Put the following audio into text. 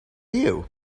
you